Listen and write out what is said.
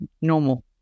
normal